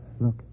Look